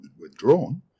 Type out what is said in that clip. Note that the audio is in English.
withdrawn